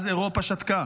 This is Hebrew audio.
אז אירופה שתקה